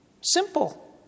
Simple